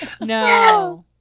No